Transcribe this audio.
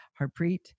Harpreet